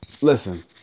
Listen